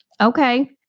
Okay